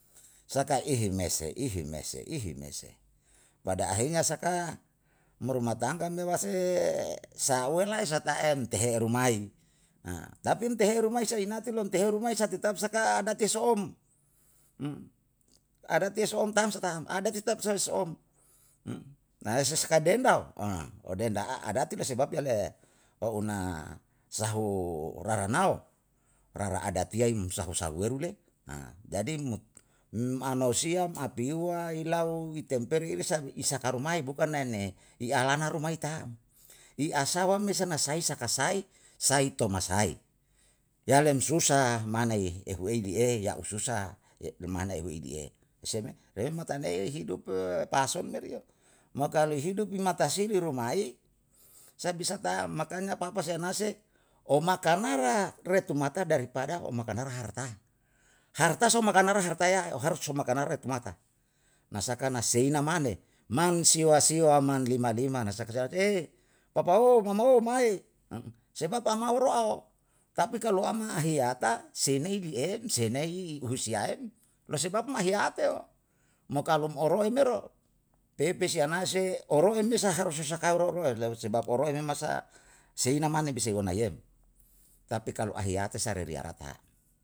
Jadi, kalu ilau pa'aloto hele me sa saka keluarga, kelaurga lai ilouwo, ilou yam alamata imata imata imata imata imata na saka na ke elaini pa'alutu helu merio, sebab ahiine paaloto helin juta hutu rua juta hutu rua berarti keluarga si sihaileu leuwe, yau umatai keluarga yamalama tai matai na sakai ise amama lia non min ni helin no se me, jadi ina lawatumata lae, manuwai, manuwai tu mata la'a, mahina ni tumata la'a, remesa saka setelah ruasi asao me se harusi anauwesi, i anauwesi me se sekai yana sei inati, yale kalu yale manuwai yo saka ko omhiye, mahina ni tumatae ali re asu lau laiyere manuwe, lai lai retumata. Bukan hanya moruam maluwai rumae mane tam, ruam alowa'e, keluarga la'e laue layere, re asu manuwe, mahina pun demikian, siyale le'e saka asao asao asao weiya manuan mere yalau asuwa yare pu laiye lapesi retumata le'ena na sakana, rumah tangga me sakanae bahagiao, mo kalu tama sa rumah tangga saka sanang tam